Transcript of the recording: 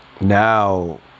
Now